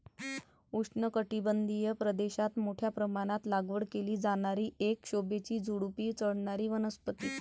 उष्णकटिबंधीय प्रदेशात मोठ्या प्रमाणात लागवड केली जाणारी एक शोभेची झुडुपी चढणारी वनस्पती